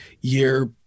year